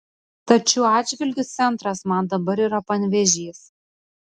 tad šiuo atžvilgiu centras man dabar yra panevėžys